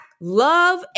love